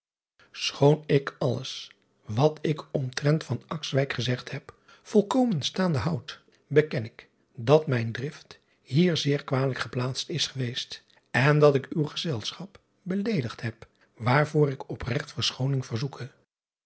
zn et leven van illegonda uisman ik omtrent gezegd heb volkomen staande houd beken ik dat mijne drift hier zeer kwalijk geplaatst is geweest en dat ik uw gezelschap beleedigd heb waarvoor ik opregt verschooning verzoeke